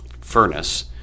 furnace –